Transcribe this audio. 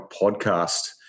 podcast